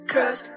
Cause